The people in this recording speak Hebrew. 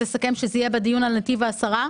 שתסכם שזה יהיה בדיון על נתיב העשרה,